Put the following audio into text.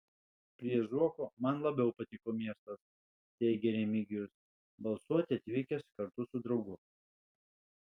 prie zuoko man labiau patiko miestas teigė remigijus balsuoti atvykęs kartu su draugu